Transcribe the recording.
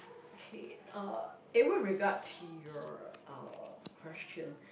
okay uh it will regard to your uh question